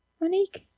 Monique